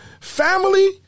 family